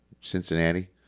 Cincinnati